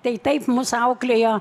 tai taip mus auklėjo